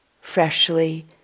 freshly